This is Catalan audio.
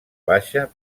baixa